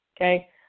Okay